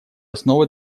основы